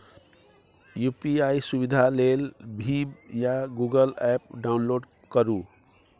UPI सुविधा लेल भीम या गुगल एप्प डाउनलोड करु